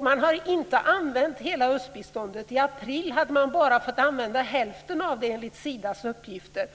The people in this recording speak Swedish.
Man har inte använt hela östbiståndet. I april hade man bara fått använda hälften av det enligt Sidas uppgifter.